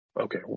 Okay